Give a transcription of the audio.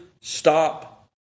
stop